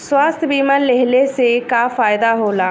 स्वास्थ्य बीमा लेहले से का फायदा होला?